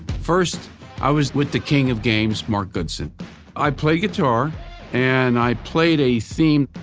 first i was with the king of games, mark goodson i play guitar and i played a theme.